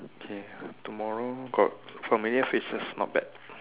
K tomorrow got familiar faces not bad